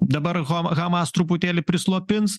dabar ho hamas truputėlį prislopins